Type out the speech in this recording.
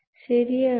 ശരിയാണ്